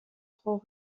trop